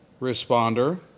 responder